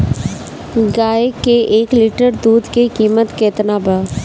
गाए के एक लीटर दूध के कीमत केतना बा?